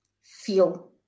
feel